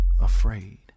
afraid